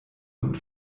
und